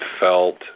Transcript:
felt